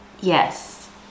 Yes